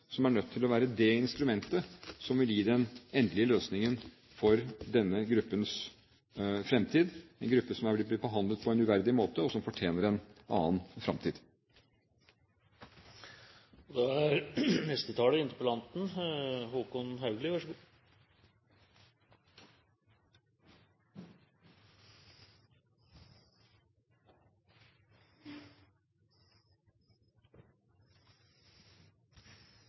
som er nødt til å være det instrumentet som vil gi den endelige løsningen for denne gruppens fremtid – en gruppe som har blitt behandlet på en uverdig måte, og som fortjener en annen fremtid. Jeg vil takke utenriksministeren for et veldig godt svar. Det er